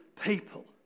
people